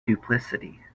duplicity